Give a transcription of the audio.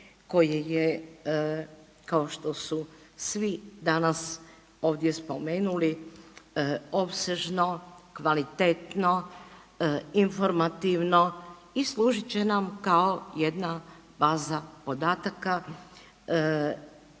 koje je, kao što su svi danas ovdje spomenuli, opsežno, kvalitetno, informativno i služit će nam kao jedna baza podataka